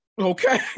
Okay